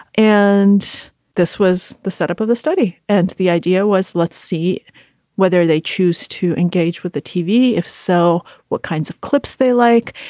and this was the setup of the study. and the idea was, let's see whether they choose to engage with the tv. if so, what kinds of clips they like.